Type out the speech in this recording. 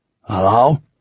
Hello